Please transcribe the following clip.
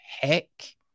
Heck